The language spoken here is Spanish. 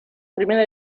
primera